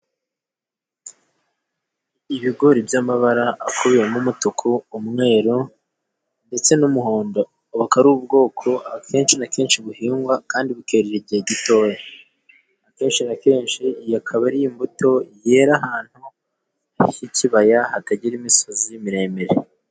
Ibigori by'amabara akubiyemo umutuku, umweru ndetse n'umuhondo, akaba ari ubwoko akenshi buhingwa kandi bukerera igihe gito, akenshi iyo akaba ari imbuto yera ahantu h'ikibaya hatagira imisozi miremire.